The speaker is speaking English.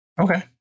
Okay